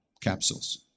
capsules